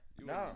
No